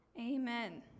Amen